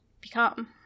become